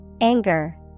anger